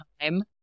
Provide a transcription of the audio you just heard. time